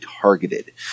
targeted